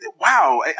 wow